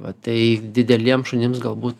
va tai dideliems šunims galbūt